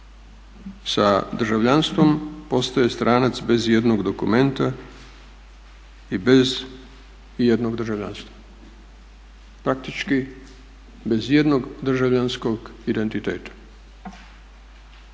sa državljanstvom postaje stranac bez i jednog dokumenta i bez i jednog državljanstva. Praktički bez i jednog državljanskog identiteta.